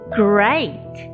great